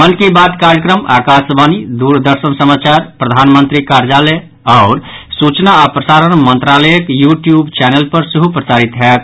मन की बात कार्यक्रम आकाशवाणी दूरदर्शन समाचार प्रधानमंत्री कार्यालय आओर सूचना आ प्रसारण मंत्रालयक यूट्यूब चैनल पर सेहो प्रसारित होयत